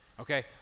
Okay